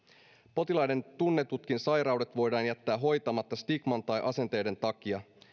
potilaiden tunnetutkin sairaudet voidaan jättää hoitamatta stigman tai asenteiden takia